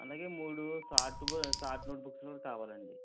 అందుకు మూడు షార్ట్ వ షార్ట్ నోట్బుక్స్లు కూడా కావాలండి